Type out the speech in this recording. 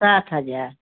सात हजार